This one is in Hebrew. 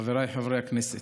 חבריי חברי הכנסת,